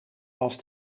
als